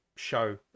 Show